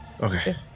okay